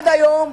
עד היום,